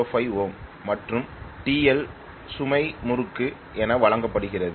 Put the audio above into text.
05 ohm மற்றும் TL சுமை முறுக்கு என வழங்கப்படுகிறது